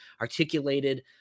articulated